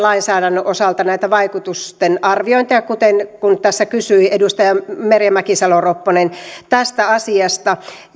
lainsäädän nön osalta näitä vaikutusten arviointeja kun tässä kysyi edustaja merja mäkisalo ropponen tästä asiasta